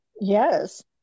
Yes